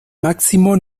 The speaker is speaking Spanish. máximo